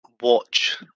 watch